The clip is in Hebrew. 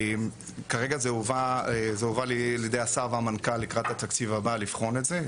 כרגע זה הובא לידי השר והמנכ"ל לקראת התקציב הבא לבחון את זה,